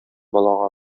балага